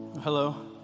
Hello